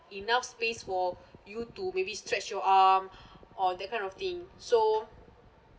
enough space for you to maybe stretch your arm or that kind of thing so